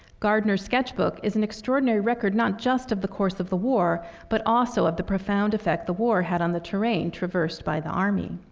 gardner's sketch book is an extraordinary record, not just of the course of the war but also of the profound effect the war had on the terrain traversed by the army.